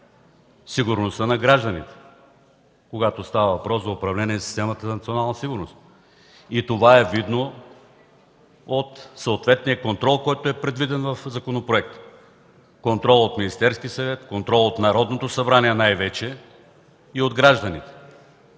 сигурността на гражданите, когато става въпрос за управление системата на националната сигурност и това е видно от съответния контрол, който е предвиден в законопроекта – контрол от Министерския съвет, контрол от Народното събрание най-вече и от гражданите.